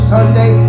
Sunday